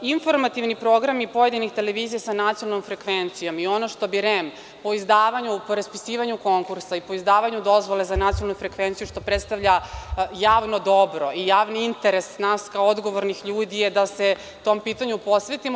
Informativni programi pojedinih televizija sa nacionalnom frekvencijom i ono što bi REM u izdavanju po raspisivanju konkursa i po izdavanju dozvole za nacionalnu frekvenciju što predstavlja javno dobro i javni interes nas kao odgovornih ljudi, je da se tom pitanju posvetimo.